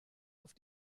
auf